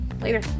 later